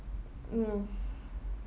mm